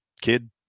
kid